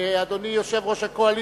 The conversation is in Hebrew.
אדוני יושב-ראש הקואליציה.